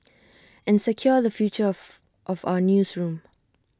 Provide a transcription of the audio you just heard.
and secure the future of of our newsroom